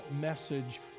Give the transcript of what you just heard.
message